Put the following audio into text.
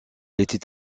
était